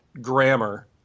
grammar